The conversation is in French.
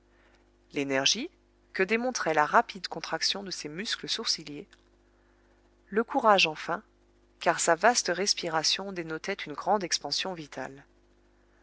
l'énergie que démontrait la rapide contraction de ses muscles sourciliers le courage enfin car sa vaste respiration dénotait une grande expansion vitale